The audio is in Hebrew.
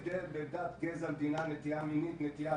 חוק-יסוד: כיבוד ערכיה של מדינת ישראל כמדינה יהודית ודמוקרטית.